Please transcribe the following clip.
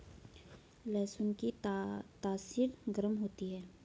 लहसुन की तासीर गर्म होती है